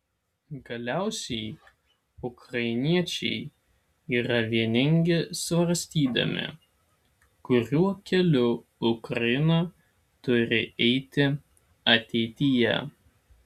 galiausiai ukrainiečiai yra vieningi svarstydami kuriuo keliu ukraina turi eiti ateityje